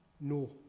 No